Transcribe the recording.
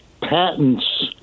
patents